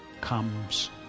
comes